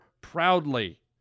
proudly